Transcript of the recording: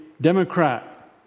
Democrat